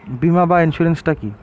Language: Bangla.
বিমা বা ইন্সুরেন্স টা কি?